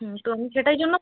হুম তো আমি সেটাই জন্য